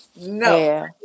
No